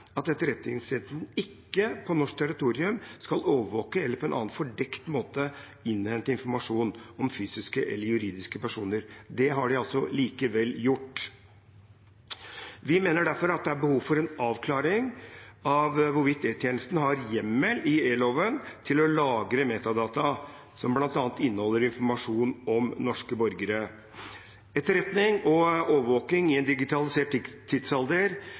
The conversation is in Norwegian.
om etterretningstjenesten står det: «Etterretningstjenesten skal ikke på norsk territorium overvåke eller på annen fordekt måte innhente informasjon om norske fysiske eller juridiske personer.» Det har de altså likevel gjort. Vi mener derfor at det er behov for en avklaring av hvorvidt E-tjenesten har hjemmel i etterretningstjenesteloven til å lagre metadata som bl.a. inneholder informasjon om norske borgere. Etterretning og overvåking i en digitalisert tidsalder